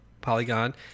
Polygon